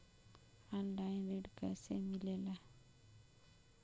Online ऋण कैसे मिले ला?